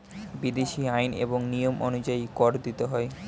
বিদেশী আইন এবং নিয়ম অনুযায়ী কর দিতে হয়